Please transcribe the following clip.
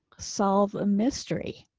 solve a mystery.